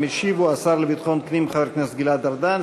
הצעות לסדר-היום